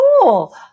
cool